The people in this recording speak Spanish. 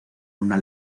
una